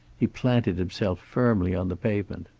he planted himself firmly on the pavement.